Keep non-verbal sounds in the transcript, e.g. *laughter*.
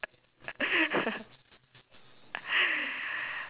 *laughs*